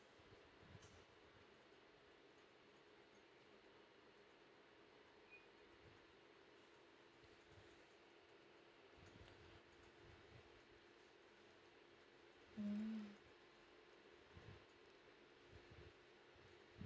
mm